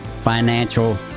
financial